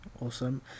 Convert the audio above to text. awesome